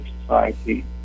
society